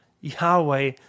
Yahweh